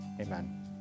Amen